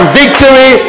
victory